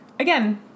Again